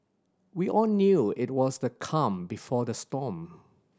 we all knew it was the calm before the storm